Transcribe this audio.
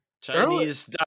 Chinese